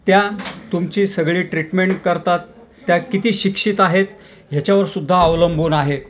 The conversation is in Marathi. त्या तुमची सगळी ट्रीटमेंट करतात त्या किती शिक्षित आहेत ह्याच्यावर सुद्धा अवलंबून आहे